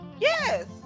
Yes